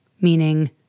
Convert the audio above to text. meaning